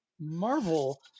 Marvel